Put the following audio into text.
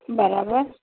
બરાબર